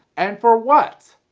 and for what?